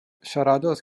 siaradodd